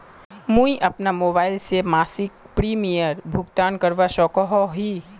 मुई अपना मोबाईल से मासिक प्रीमियमेर भुगतान करवा सकोहो ही?